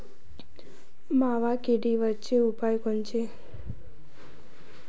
मावा किडीवरचे उपाव कोनचे?